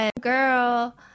girl